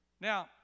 Now